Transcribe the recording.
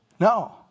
No